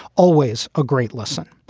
always a great lesson.